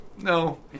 No